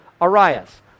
Arias